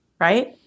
right